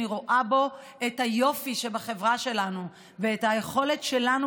אני רואה בו את היופי שבחברה שלנו ואת היכולת שלנו